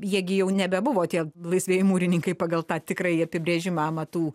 jie gi jau nebebuvo tie laisvieji mūrininkai pagal tą tikrąjį apibrėžimą amatų